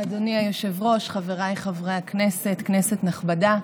אדוני היושב-ראש, חבריי חברי הכנסת, כנסת נכבדה,